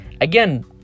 Again